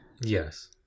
Yes